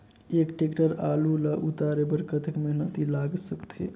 एक टेक्टर आलू ल उतारे बर कतेक मेहनती लाग सकथे?